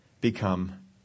become